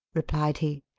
replied he.